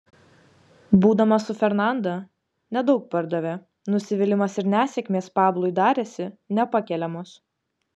būdamas su fernanda nedaug pardavė nusivylimas ir nesėkmės pablui darėsi nepakeliamos